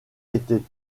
étaient